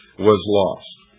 was lost.